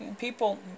people